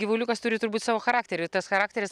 gyvuliukas turi turbūt savo charakterį tas charakteris